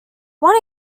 one